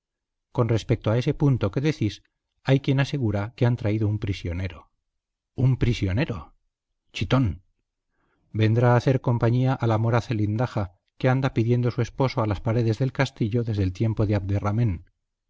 con respecto a ese punto que decís hay quien asegura que han traído un prisionero un prisionero chitón vendrá a hacer compañía a la mora zelindaja que anda pidiendo su esposo a las paredes del castillo desde el tiempo de abderramen